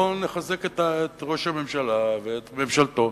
בוא נחזק את ראש הממשלה ואת ממשלתו.